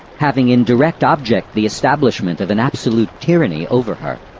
having in direct object the establishment of an absolute tyranny over her.